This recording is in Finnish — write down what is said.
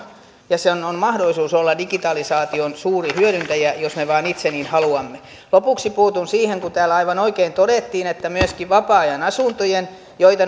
ja sen on mahdollisuus olla digitalisaation suuri hyödyntäjä jos me vain itse niin haluamme lopuksi puutun siihen kun täällä aivan oikein todettiin että myöskin vapaa ajanasuntoihin joita